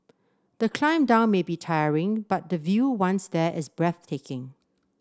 the climb down may be tiring but the view once there is breathtaking